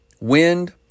wind